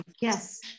yes